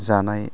जानाय